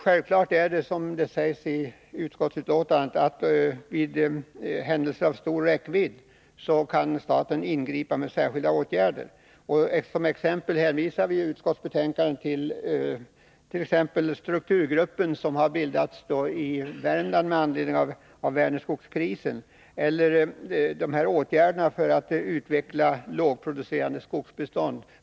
Självklart är att staten, som det sägs i utskottsbetänkandet, kan ingripa med olika åtgärder, om det inträffar händelser av stor räckvidd. Som exempel hänvisar vi i utskottsbetänkandet till den strukturgrupp som har bildats i Värmland med anledning av Vänerskogskrisen och till beslutet om ganska stora medelstillskott för att utveckla lågproducerande skogsbestånd.